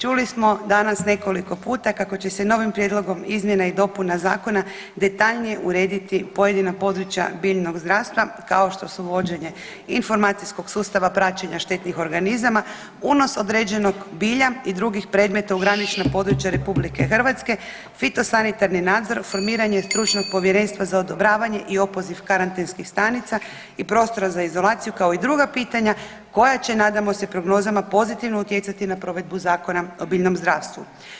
Čuli smo danas nekoliko puta kako će se novim prijedlogom izmjena i dopuna zakona detaljnije urediti pojedina područja biljnog zdravstva kao što su vođenje informacijskog sustava praćenja štetnih organizama, unos određenog bilja i drugih predmeta u granična područja Republike Hrvatske, fitosanitarni nadzor, formiranje stručnog povjerenstva za odobravanje i opoziv karantenskih stanica i prostora za izolaciju kao i druga pitanja koja će nadamo se prognozama pozitivno utjecati na provedbu Zakona o biljnom zdravstvu.